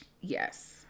yes